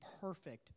perfect